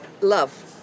love